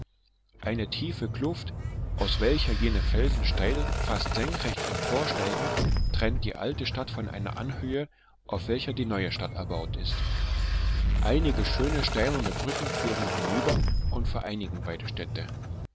eine tiefe kluft aus welcher jene felsen steil fast senkrecht emporsteigen trennt die alte stadt von einer anhöhe auf welcher die neue stadt erbaut ist einige schöne steinerne brücken führen hinüber und vereinigen beide städte